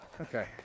Okay